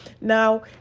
Now